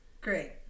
Great